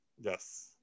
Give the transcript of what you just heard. Yes